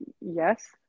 Yes